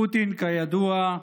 פוטין, כידוע,